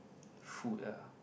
food ya